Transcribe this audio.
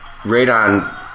Radon